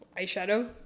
eyeshadow